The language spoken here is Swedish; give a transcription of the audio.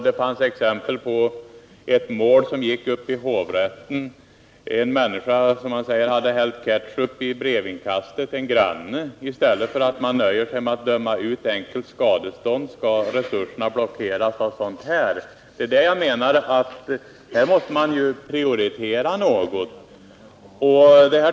Det finns exempel på ett mål som gick upp i hovrätten. En människa hade hällt ketchup i brevinkastet till en granne. I stället för att man nöjer sig med att döma ut enkelt skadestånd skall resurserna blockeras av ett sådant mål. Man måste prioritera något.